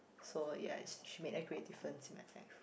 so ya she made a great difference in my life